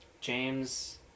James